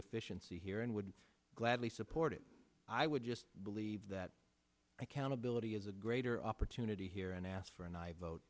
efficiency here and would gladly support it i would just believe that accountability is a greater opportunity here and asked for and i vote